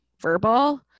verbal